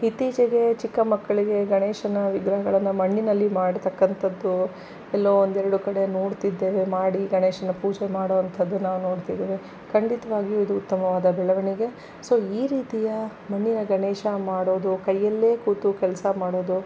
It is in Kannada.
ಇತ್ತೀಚೆಗೆ ಚಿಕ್ಕ ಮಕ್ಕಳಿಗೆ ಗಣೇಶನ ವಿಗ್ರಹಗಳನ್ನು ಮಣ್ಣಿನಲ್ಲಿ ಮಾಡ್ತಕ್ಕಂಥದ್ದು ಎಲ್ಲೋ ಒಂದೆರಡು ಕಡೆ ನೋಡ್ತಿದ್ದೇವೆ ಮಾಡಿ ಗಣೇಶನ ಪೂಜೆ ಮಾಡುವಂಥದ್ದು ನಾವು ನೋಡಿದ್ದೇವೆ ಖಂಡಿತವಾಗಿಯೂ ಇದು ಉತ್ತಮವಾದ ಬೆಳವಣಿಗೆ ಸೊ ಈ ರೀತಿಯ ಮಣ್ಣಿನ ಗಣೇಶ ಮಾಡೋದು ಕೈಯ್ಯಲ್ಲೇ ಕೂತು ಕೆಲಸ ಮಾಡೋದು